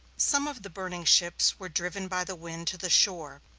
some of the burning ships were driven by the wind to the shore,